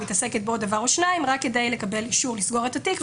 מתעסקת בעוד דבר או שניים רק כדי לקבל אישור לסגור את התיק,